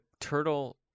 turtle